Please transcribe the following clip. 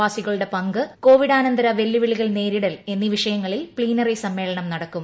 പ്രവാസികളുടെ പങ്ക് കോവിഡാനത്തർ വെല്ലുവിളികൾ നേരിടൽ എന്നീ വിഷയങ്ങളിൽ പ്ലീന്റി ് സമ്മേളനം നടക്കും